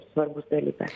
svarbus dalykas